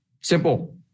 simple